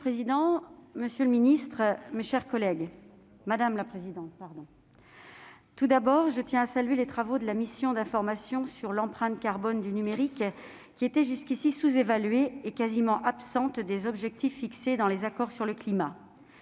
Madame la présidente, monsieur le secrétaire d'État, mes chers collègues, tout d'abord, je tiens à saluer les travaux de la mission d'information sur l'empreinte carbone du numérique, laquelle était jusqu'ici sous-évaluée et quasiment absente des objectifs fixés dans les accords sur le climat.